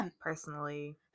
Personally